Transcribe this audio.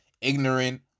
ignorant